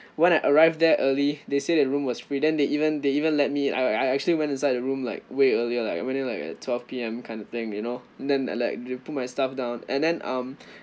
when I arrived there early they say the room was ready then they even they even let me I I I actually went inside the room like way earlier like I went in like at twelve P_M kind of thing you know and then like they put my stuff down and then um